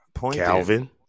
Calvin